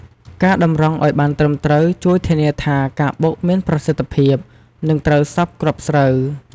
ការតម្រង់ឱ្យបានត្រឹមត្រូវជួយធានាថាការបុកមានប្រសិទ្ធភាព និងត្រូវសព្វគ្រាប់ស្រូវ។